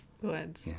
Good